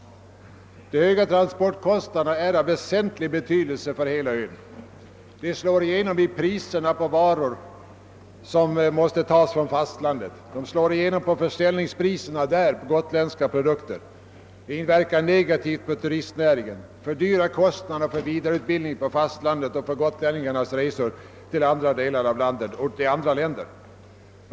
De höga transportkostnaderna är av väsentlig betydelse för hela ön. De slår igenom i priserna på varor som måste tas från fastlandet, och de slår igenom i försäljningskostnaderna där på gotländska produkter. De inverkar negativt på turistnäringen, fördyrar kostnaderna för vidareutbildning på «fastlandet och fördyrar kostnaderna för gotlänningarnas resor till fastlandet och till andra länder.